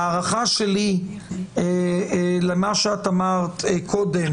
ההערכה שלי למה שאמרת קודם